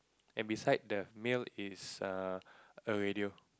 and beside the male is err a radio